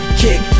kick